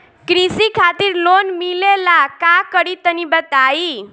कृषि खातिर लोन मिले ला का करि तनि बताई?